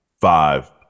five